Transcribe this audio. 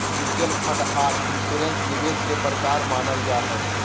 mutual fund आर insurance निवेश के प्रकार मानल जा हय